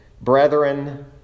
brethren